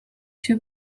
się